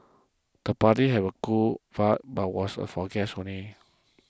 the party had a cool vibe but was a for guests only